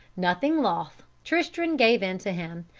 nothing loth, tristram gave in to him,